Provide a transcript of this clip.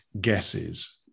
guesses